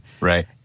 Right